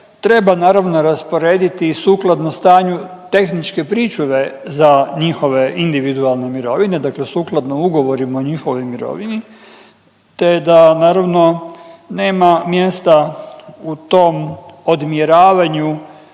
treba naravno rasporediti i sukladno stanju tehničke pričuve za njihove individualne mirovine, dakle sukladno ugovorima o njihovoj mirovini te da naravno nema mjesta u tom odmjeravanju